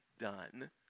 done